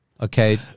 Okay